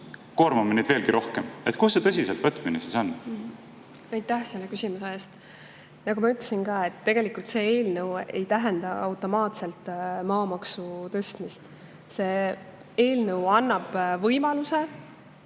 koormame neid veelgi rohkem. Kus see tõsiselt võtmine siis on? Aitäh selle küsimuse eest! Nagu ma juba ütlesin, tegelikult see eelnõu ei tähenda automaatselt maamaksu tõstmist. See eelnõu annab võimaluse